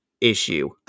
issue